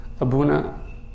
Abuna